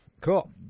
Cool